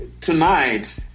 Tonight